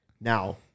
Now